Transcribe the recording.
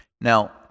Now